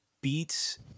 beats